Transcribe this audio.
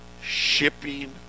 shipping